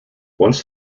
once